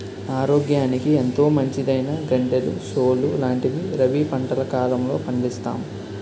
ఆరోగ్యానికి ఎంతో మంచిదైనా గంటెలు, సోలు లాంటివి రబీ పంటల కాలంలో పండిస్తాం